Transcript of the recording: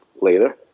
Later